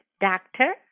doctor